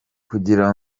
kugira